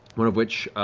one of which